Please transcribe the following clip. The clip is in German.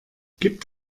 gibt